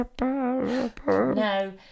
no